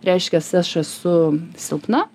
reiškias aš esu silpna